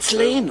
אצלנו,